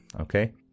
Okay